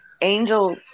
Angel